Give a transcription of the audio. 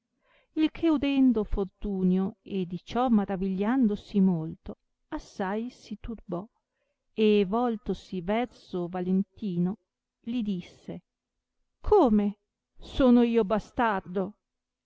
il che udendo fortunio e di ciò maravigliandosi molto assai si turbò e voltosi verso valentino li disse come sono io bastardo